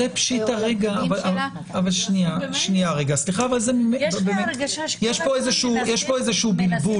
יש פה איזשהו בלבול.